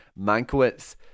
Mankiewicz